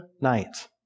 night